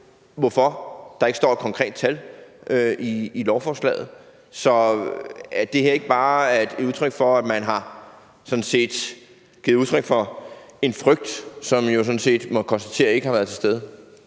hvorfor der ikke står et konkret tal i lovforslaget. Så er det her ikke bare et udtryk for, at man har givet udtryk for en frygt, som man jo sådan set må konstatere ikke har været til stede?